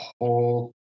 whole